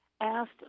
asked